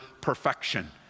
perfection